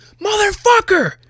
Motherfucker